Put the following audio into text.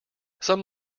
some